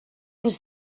was